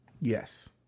Yes